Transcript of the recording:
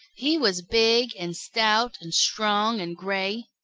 he was big and stout and strong and gray.